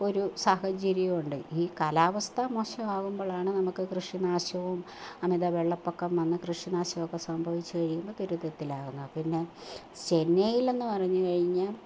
ഒരു സാഹചര്യമുണ്ട് ഈ കാലാവസ്ഥ മോശമാകുമ്പോളാണ് നമുക്ക് കൃഷി നാശവും അമിത വെള്ളപ്പൊക്കം വന്നു കൃഷി നാശമൊക്കെ സംഭവിച്ചു കഴിയുമ്പോൾ ദുരിതത്തിൽ ആകുന്ന പിന്നെ ചെന്നൈയ്യിൽ എന്നു പറഞ്ഞു കഴിഞ്ഞാൽ